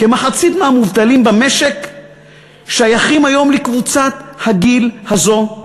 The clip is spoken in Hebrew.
כמחצית מהמובטלים במשק שייכים היום לקבוצת הגיל הזו,